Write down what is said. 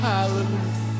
Hallelujah